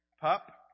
pup